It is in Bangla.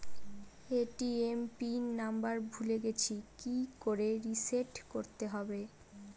এ.টি.এম পিন নাম্বার ভুলে গেছি কি করে রিসেট করতে হয়?